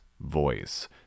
voice